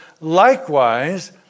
likewise